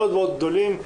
מאוד גדולים,